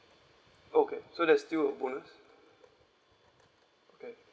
okay so that's still a bonus okay